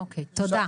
אוקי, תודה.